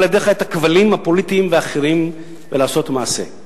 ידיך את הכבלים הפוליטיים והאחרים ולעשות מעשה.